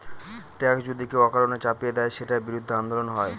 tax যদি কেউ অকারণে চাপিয়ে দেয়, সেটার বিরুদ্ধে আন্দোলন হয়